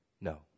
No